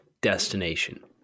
destination